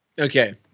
Okay